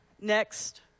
Next